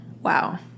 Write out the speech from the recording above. Wow